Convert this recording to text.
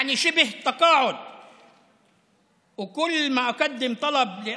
כלומר כמעט זמן פנסיה, וכל פעם שאתה